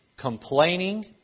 complaining